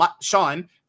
sean